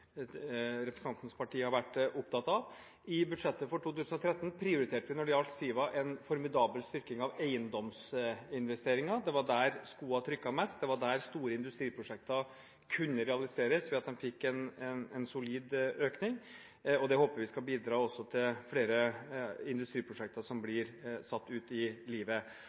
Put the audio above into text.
representantens parti har vært opptatt av. I budsjettet for 2013 prioriterte vi når det gjaldt SIVA en formidabel styrking av eiendomsinvesteringer. Det var der skoen trykket mest. Det var der store industriprosjekter kunne realiseres ved at de fikk en solid økning. Det håper vi også skal bidra til at flere industriprosjekter blir satt ut i livet.